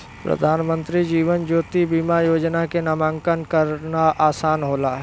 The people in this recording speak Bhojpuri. प्रधानमंत्री जीवन ज्योति बीमा योजना में नामांकन करना आसान होला